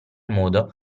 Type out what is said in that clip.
modo